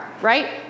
right